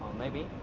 maybe.